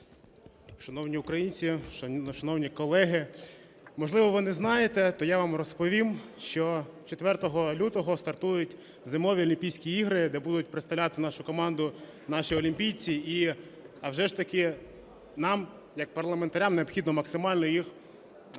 Шановні українці, шановні колеги, можливо, ви не знаєте, то я вам розповім, що 4 лютого стартують зимові Олімпійські ігри, де будуть представляти нашу команду наші олімпійці. І, авжеж, таки нам як парламентарям необхідно максимально їх забезпечити